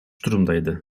durumdaydı